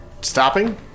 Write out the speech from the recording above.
stopping